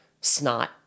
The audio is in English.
snot